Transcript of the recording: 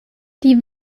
die